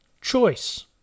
choice